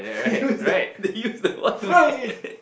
use the they use the what to make